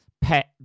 pet